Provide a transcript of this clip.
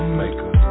maker